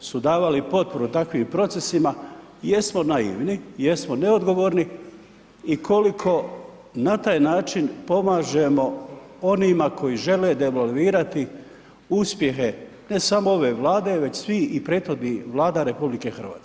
su davali potporu takvim procesima, jesmo naivni, jesmo neodgovorni i koliko na taj način pomažemo onima koji žele devalvirati uspjehe ne samo ove Vlade već svih i prethodnih Vlada RH.